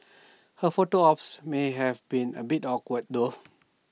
her photo ops may have been A bit awkward though